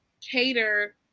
cater